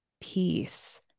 peace